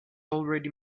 already